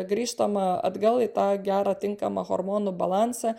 grįžtama atgal į tą gerą tinkamą hormonų balansą